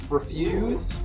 Refuse